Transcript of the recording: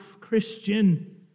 Christian